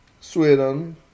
Sweden